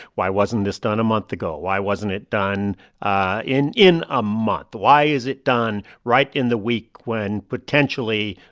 why wasn't this done a month ago? why wasn't it done ah in in a month? why is it done right in the week when, potentially,